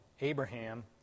Abraham